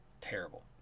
Terrible